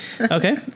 Okay